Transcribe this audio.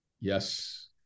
Yes